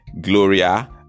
Gloria